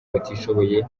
batishoboye